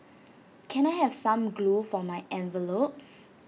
can I have some glue for my envelopes